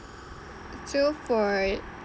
so for